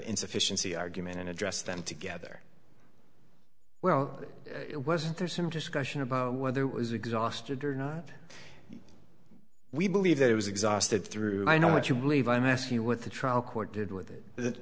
insufficiency argument and address them together well wasn't there some discussion about whether it was exhausted or nah we believe that it was exhausted through i know what you believe i'm asking you what the trial court did with it